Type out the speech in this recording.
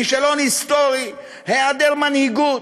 כישלון היסטורי, היעדר מנהיגות,